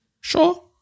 Sure